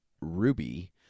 Ruby